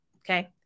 okay